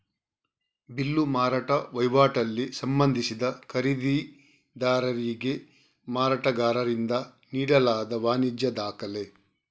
bill ಮಾರಾಟ ವೈವಾಟಲ್ಲಿ ಸಂಬಂಧಿಸಿದ ಖರೀದಿದಾರರಿಗೆ ಮಾರಾಟಗಾರರಿಂದ ನೀಡಲಾದ ವಾಣಿಜ್ಯ ದಾಖಲೆ